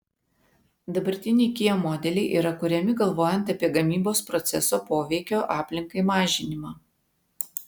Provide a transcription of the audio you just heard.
dabartiniai kia modeliai yra kuriami galvojant apie gamybos proceso poveikio aplinkai mažinimą